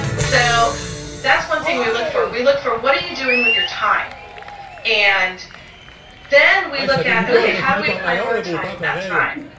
so that's one thing we look for we look for what are you doing with your time and then we look at how do we prioritize that time